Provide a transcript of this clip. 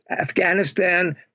Afghanistan